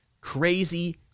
crazy